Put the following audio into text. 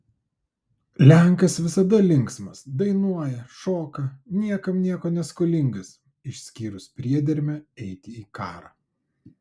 lenkas visada linksmas dainuoja šoka niekam nieko neskolingas išskyrus priedermę eiti į karą